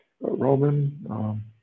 Roman